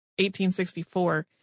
1864